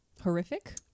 horrific